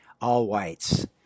all-whites